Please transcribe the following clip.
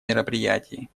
мероприятии